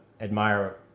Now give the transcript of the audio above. admire